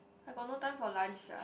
I got no time for lunch ah